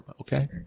Okay